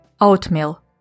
Oatmeal